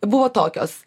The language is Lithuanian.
buvo tokios